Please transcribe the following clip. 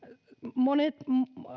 monet